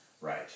Right